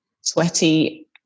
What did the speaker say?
sweaty